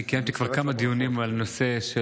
אני קיימתי כבר כמה דיונים על מצב